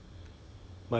true lah true [what]